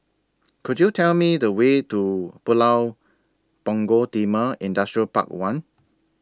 Could YOU Tell Me The Way to Pulau Punggol Timor Industrial Park one